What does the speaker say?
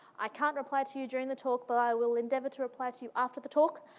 i can't reply to you during the talk, but i will endeavor to reply to you after the talk,